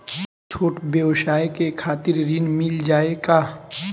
छोट ब्योसाय के खातिर ऋण मिल जाए का?